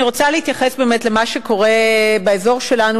אני רוצה להתייחס באמת למה שקורה באזור שלנו,